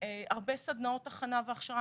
יש הרבה סדנאות הכנה והכשרה.